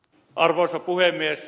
arvoisa puhemies